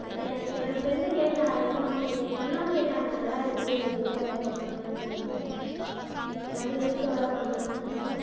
என் என்னோடய ஃப்ரெண்டு கேட்டால் எங்கே வாங்குனேன்னு எங்கள் அண்ணா கேட்டாங்க நல்லா இருக்கே எங்கே வாங்குன அப்படின்னாங்க இந்த மாதிரி மீட்ஷோவில் தான் வாங்கினேன் சொன்னேன்